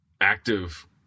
active